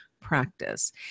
practice